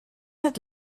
het